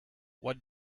what